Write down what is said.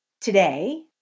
today